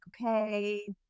okay